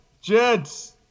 Jets